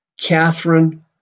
Catherine